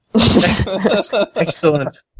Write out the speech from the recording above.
Excellent